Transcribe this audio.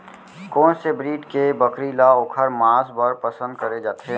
कोन से ब्रीड के बकरी ला ओखर माँस बर पसंद करे जाथे?